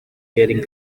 wearing